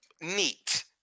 Neat